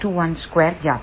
2 ज्ञात है